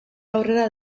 aurrera